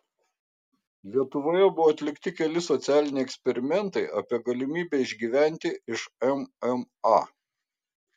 lietuvoje buvo atlikti keli socialiniai eksperimentai apie galimybę išgyventi iš mma